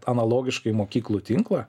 analogiškai mokyklų tinklą